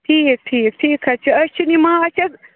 ٹھیٖک ٹھیٖک ٹھیٖک حظ چھُ أسۍ چھِنہٕ یہِ مانٛچھ حظ